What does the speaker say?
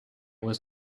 was